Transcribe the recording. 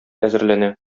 әзерләнә